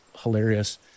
hilarious